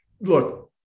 look